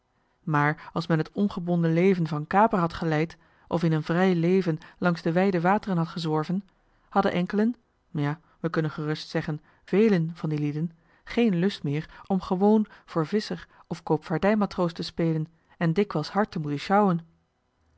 maar als men t ongebonden leven van kaper had geleid of in een vrij leven langs de wijde wateren had gezworven hadden enkelen ja wij kunnen gerust zeggen velen van die lieden geen lust meer om gewoon voor visscher of koopvaardij matroos te spelen en dikwijls